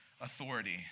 authority